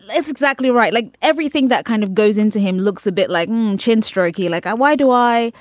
it's exactly right. like everything that kind of goes into him looks a bit like chin stroking. like i. why do i?